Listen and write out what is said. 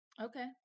okay